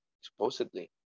supposedly